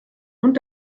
und